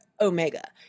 Omega